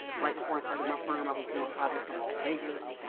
right before i started my firm, i was doing projects in las vegas,